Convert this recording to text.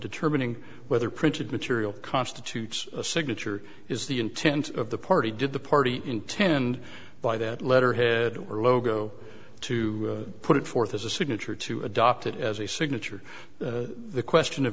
determining whether printed material constitutes a signature is the intent of the party did the party intend by that letterhead were logo to put it forth as a signature to adopted as a signature the question of